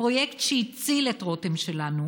פרויקט שהציל את רותם שלנו.